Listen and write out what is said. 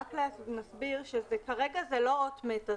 נסביר שכרגע זה לא אות מתה.